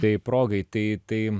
tai progai tai tai